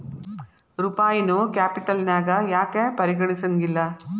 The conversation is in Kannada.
ರೂಪಾಯಿನೂ ಕ್ಯಾಪಿಟಲ್ನ್ಯಾಗ್ ಯಾಕ್ ಪರಿಗಣಿಸೆಂಗಿಲ್ಲಾ?